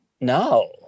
No